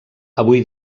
avui